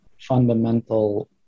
fundamental